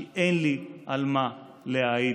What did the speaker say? כי אין לי על מה להעיד.